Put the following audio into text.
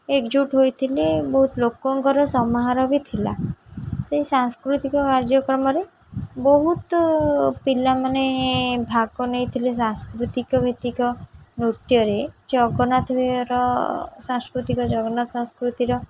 ଏକଜୁଟ୍ ହୋଇଥିଲେ ବହୁତ ଲୋକଙ୍କର ସମାହାର ବି ଥିଲା ସେଇ ସାଂସ୍କୃତିକ କାର୍ଯ୍ୟକ୍ରମରେ ବହୁତ ପିଲାମାନେ ଭାଗ ନେଇଥିଲେ ସାଂସ୍କୃତିକ ଭିତ୍ତିକ ନୃତ୍ୟରେ ଜଗନ୍ନାଥର ସାଂସ୍କୃତିକ ଜଗନ୍ନାଥ ସଂସ୍କୃତିର